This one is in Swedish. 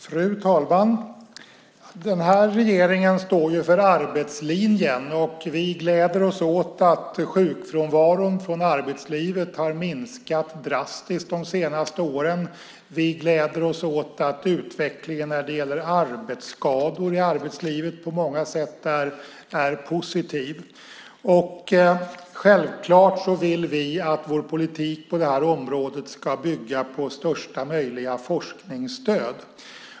Fru talman! Denna regering står för arbetslinjen, och vi gläder oss åt att sjukfrånvaron i arbetslivet har minskat drastiskt de senaste åren. Vi gläder oss också åt att utvecklingen när det gäller arbetsskador i arbetslivet på många sätt är positiv. Självklart vill vi att vår politik på det här området ska bygga på största möjliga forskningsstöd.